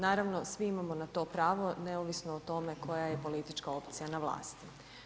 Naravno svi imamo na to pravo, neovisno o tome koja je politička opcija na vlasti.